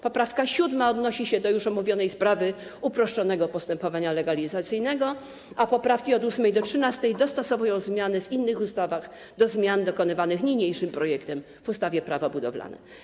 Poprawka 7. odnosi się do już omówionej sprawy uproszczonego postępowania legalizacyjnego, a poprawki od 8. do 13. dostosowują zmiany w innych ustawach do zmian dokonywanych niniejszym projektem w ustawie Prawo budowlane.